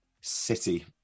City